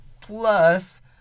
Plus